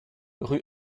rue